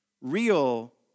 real